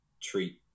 treat